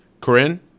Corinne